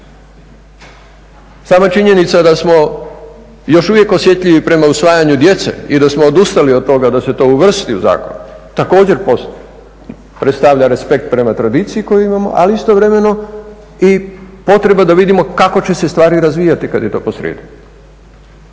Sama činjenica da smo još uvijek osjetljivi prema usvajanju djece i da smo odustali od toga da se to uvrsti u zakon također predstavlja respekt prema tradiciji koju imamo, ali istovremeno i potreba da vidimo kako će se stvari razvijati kad je to posrijedi.